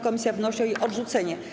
Komisja wnosi o jej odrzucenie.